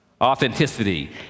Authenticity